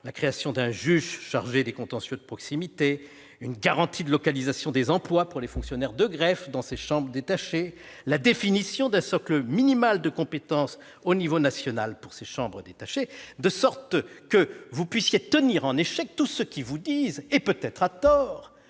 la création d'un juge chargé des contentieux de proximité, une garantie de localisation des emplois pour les fonctionnaires de greffe dans ces chambres détachées et la définition d'un socle minimal de compétences au niveau national pour ces chambres. De la sorte, vous auriez pu tenir en échec tous ceux qui affirment- peut-être à tort